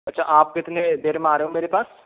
अच्छा आप कितने देर में आ रहे हो मेरे पास